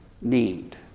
need